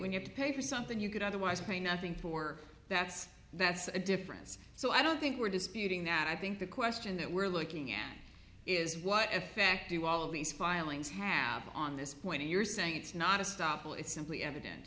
we have to pay for something you could otherwise pay nothing for that's that's a difference so i don't think we're disputing that i think the question that we're looking at is what effect do all these filings have on this point you're saying it's not a stop will it simply evidence